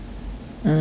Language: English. mm